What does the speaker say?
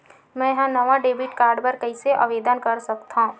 मेंहा नवा debit card बर कैसे आवेदन कर सकथव?